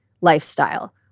lifestyle